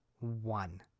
one